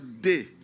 day